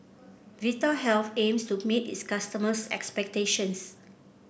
vitahealth aims to meet its customers' expectations